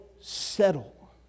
settle